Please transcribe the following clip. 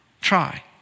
Try